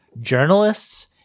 journalists